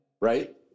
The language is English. right